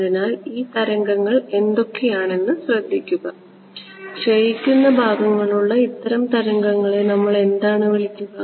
അതിനാൽ ഈ തരംഗങ്ങൾ എന്തൊക്കെയാണെന്ന് ശ്രദ്ധിക്കുക ക്ഷയിക്കുന്ന ഭാഗങ്ങളുള്ള ഇത്തരം തരംഗങ്ങളെ നമ്മൾ എന്താണ് വിളിക്കുക